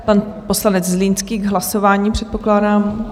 Pan poslanec Zlínský k hlasování, předpokládám.